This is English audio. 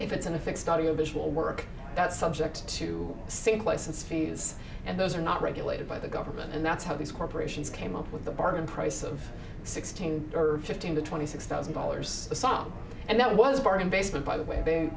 if it's in a fixed audio visual work that's subject to sync license fees and those are not regulated by the government and that's how these corporations came up with the bargain price of sixteen or fifteen to twenty six thousand dollars a song and that was a bargain basement by the way t